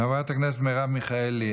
חברת הכנסת מרב מיכאלי,